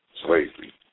slavery